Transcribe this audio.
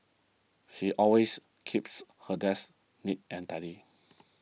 she always keeps her desk neat and tidy